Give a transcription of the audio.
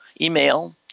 email